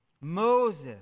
Moses